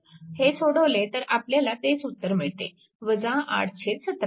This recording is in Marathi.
हे सोडवले तर आपल्याला तेच उत्तर मिळते 8 17A